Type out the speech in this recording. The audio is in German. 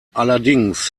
allerdings